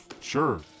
Sure